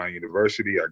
university